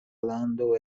lando